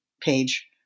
page